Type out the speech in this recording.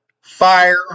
fire